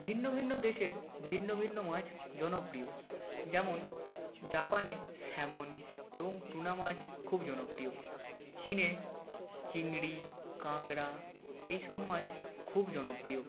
ভিন্ন ভিন্ন দেশের ভিন্ন ভিন্ন মাছ জনপ্রিয় যেমন জাপানে স্যামন এবং টুনা মাছ খুব জনপ্রিয় চীনে চিংড়ি কাঁকড়া এই সব মাছ খুব জনপ্রিয়